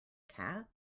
cat